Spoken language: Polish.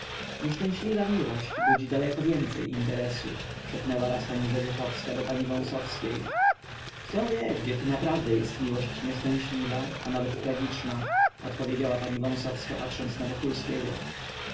nieszczęśliwa miłość budzi daleko więcej interesu szepnęła raz panna rzeżuchowska do pani wąsowskiej kto wie gdzie tu naprawdę jest miłość nieszczęśliwa a nawet tragiczna odpowiedziała pani wąsowska patrząc na wokulskiego